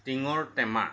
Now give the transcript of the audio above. টিঙৰ টেমা